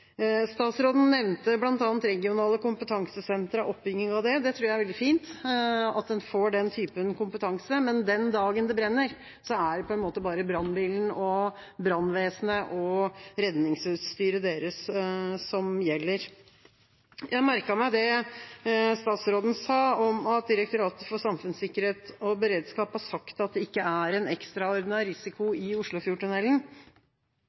Statsråden nevnte bl.a. regionale kompetansesentre og oppbygging av det. Jeg tror det er veldig fint at en får den typen kompetanse. Men den dagen det brenner, er det bare brannbilen og brannvesenet og redningsutstyret deres som gjelder. Jeg merket meg det statsråden sa om at Direktoratet for samfunnssikkerhet og beredskap har sagt at det ikke er en ekstraordinær